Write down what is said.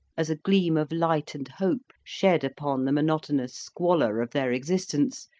as a gleam of light and hope shed upon the monotonous squalor of their existence,